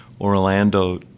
Orlando